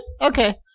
Okay